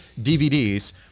DVDs